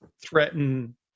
threaten